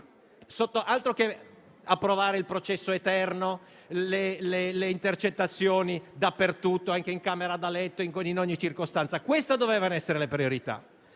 altro che approvare il processo eterno, le intercettazioni dappertutto, anche in camera da letto e in ogni circostanza. Questa doveva essere la priorità.